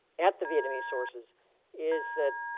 at the vietnamese sources is that